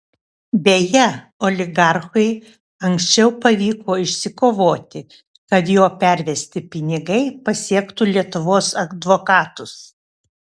beje oligarchui anksčiau pavyko išsikovoti kad jo pervesti pinigai pasiektų lietuvos advokatus